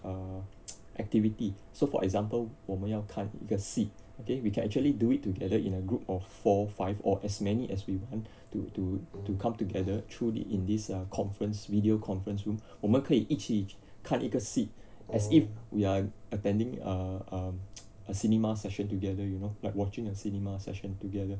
err activity so for example 我们要看一个戏 okay we can actually do it together in a group of four five or as many as we want to to to come together through the in this conference video conference room 我们可以一起看一个戏 as if we are attending err um a cinema session together you know like watching a cinema session together